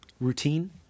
routine